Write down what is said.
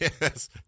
yes